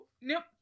Nope